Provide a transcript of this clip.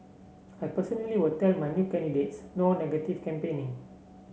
I personally will tell my new candidates no negative campaigning